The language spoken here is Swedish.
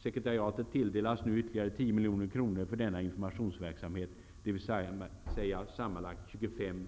Sekretariatet tilldelas nu ytterligare 10 miljoner kronor för denna informationsverksamhet, dvs. sammanlagt 25